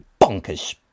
bonkers